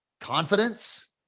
confidence